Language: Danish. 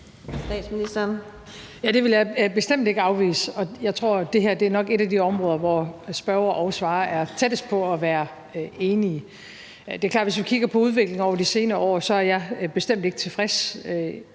Det vil jeg bestemt ikke afvise. Jeg tror, at det her nok er et af de områder, hvor spørger og svarer er tættest på at være enige. Det er klart, at hvis vi kigger på udviklingen over de senere år, er jeg bestemt ikke tilfreds.